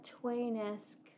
Twain-esque